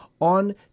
on